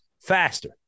faster